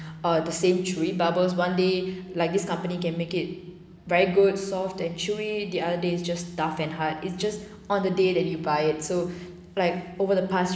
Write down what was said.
ah the same chewy bubbles one day like this company can make it very good soft and chewy the other days just stuffed and hard is just on the day that you buy it so like over the past